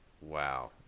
Wow